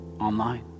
online